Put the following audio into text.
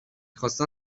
خواستم